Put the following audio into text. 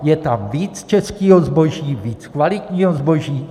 Je tam víc českého zboží, víc kvalitního zboží.